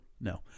no